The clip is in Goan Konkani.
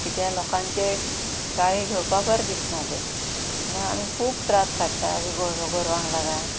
कित्या लोकांचे गाळी घेवपा बरें दिसना तें म्हण आमी खूब त्रास काडटालीं गो गोरवांक लागोन